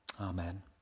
Amen